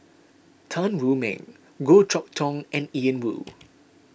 Tan Wu Meng Goh Chok Tong and Ian Woo